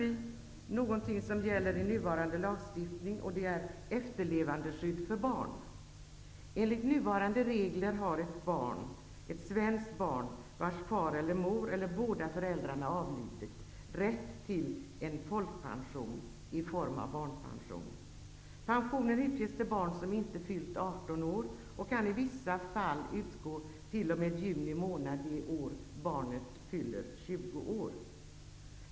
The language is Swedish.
Vi tog också upp en punkt i nuvarande lagstiftning, och det är efterlevandeskydd för barn. Enligt nuvarande regler har ett svenskt barn, vars far eller mor eller båda föräldrar avlidit, rätt till folkpension i form av barnpension. Pensionen utges till barn som inte fyllt 18 år och kan i vissa fall utgå t.o.m. juni månad det år barnet fyller 20 år.